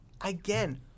again